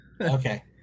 Okay